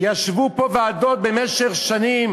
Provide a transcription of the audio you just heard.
ישבו פה ועדות במשך שנים,